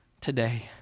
today